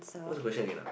what's the question again ah